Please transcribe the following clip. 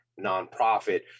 nonprofit